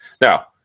Now